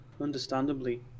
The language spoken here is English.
understandably